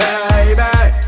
Baby